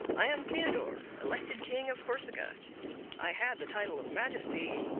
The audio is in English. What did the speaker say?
i am theodore, elected king of corsica i had the title of majesty,